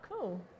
cool